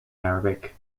arabic